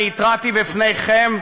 אני התרעתי בפניכם,